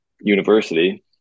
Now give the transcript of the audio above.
university